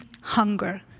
hunger